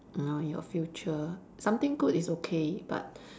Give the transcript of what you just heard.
you know your future something good is okay but